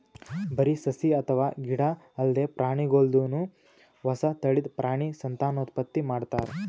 ಬರಿ ಸಸಿ ಅಥವಾ ಗಿಡ ಅಲ್ದೆ ಪ್ರಾಣಿಗೋಲ್ದನು ಹೊಸ ತಳಿದ್ ಪ್ರಾಣಿ ಸಂತಾನೋತ್ಪತ್ತಿ ಮಾಡ್ತಾರ್